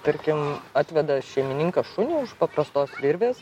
tarkim atveda šeimininką šunį už paprastos virvės